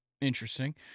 Interesting